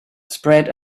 spread